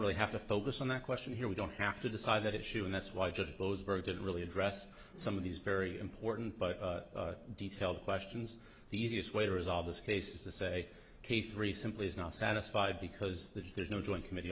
really have to focus on that question here we don't have to decide that issue and that's why just those very didn't really address some of these very important but detailed questions the easiest way to resolve this case is to say ok three simply is not satisfied because there's no joint committee